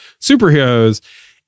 superheroes